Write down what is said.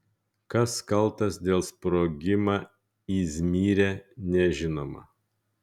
kas kaltas dėl sprogimą izmyre nežinoma